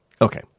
Okay